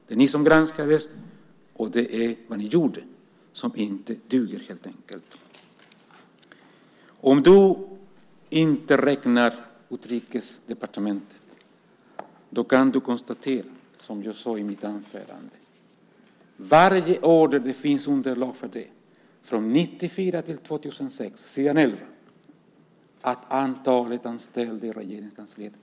Det var ni som granskades, och det är vad ni gjorde som helt enkelt inte duger. Om du inte räknar Utrikesdepartementet kan du på s. 11 konstatera, som jag sade i mitt anförande, att antalet anställda i Regeringskansliet ökade varje år som det finns underlag från, från 1994 till 2006.